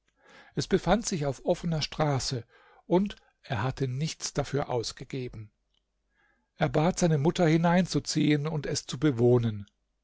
es befand sich auf offener straße und er hatte nichts dafür ausgegeben er bat seine mutter hineinzuziehen und es zu bewohnen